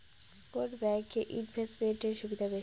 কোন ব্যাংক এ ইনভেস্টমেন্ট এর সুবিধা বেশি?